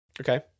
okay